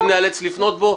אם נאלץ לפנות אליו,